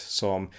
som